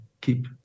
keep